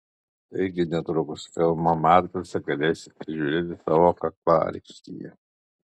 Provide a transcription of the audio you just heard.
taigi netrukus filmą matrica galėsite žiūrėti savo kaklaraištyje